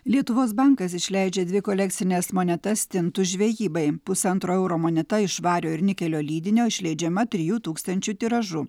lietuvos bankas išleidžia dvi kolekcines monetas stintų žvejybai pusantro euro moneta iš vario ir nikelio lydinio išleidžiama trijų tūkstančių tiražu